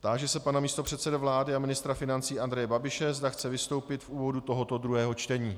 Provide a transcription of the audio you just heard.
Táži se pana místopředsedy vlády a ministra financí Andreje Babiše, zda chce vystoupit v úvodu tohoto druhého čtení.